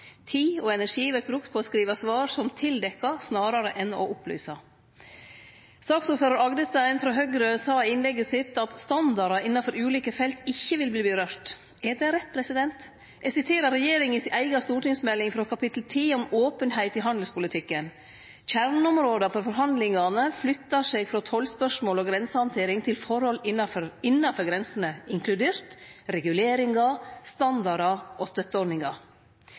Tid og energi vert brukt på å skrive svar som tildekkjer, snarare enn å opplyse. Saksordførar Agdestein, frå Høgre, sa i innlegget sitt at det ikkje vil ha følgjer for standardar innanfor ulike felt. Er det rett? Eg siterer regjeringa si eiga stortingsmelding, frå kapittel 10, om openheit i handelspolitikken: «Kjerneområdene for forhandlingene forflytter seg fra tollspørsmål og grensehåndtering til forhold innenfor grensene, inkludert reguleringer, standarder og